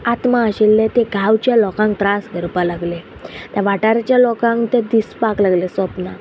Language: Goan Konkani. आत्मा आशिल्ले ते गांवच्या लोकांक त्रास करपा लागले त्या वाठाराच्या लोकांक ते दिसपाक लागले स्वप्नां